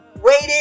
Waited